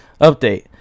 Update